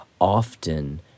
often